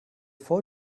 vor